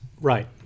right